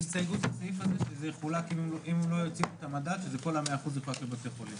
שימו את שולי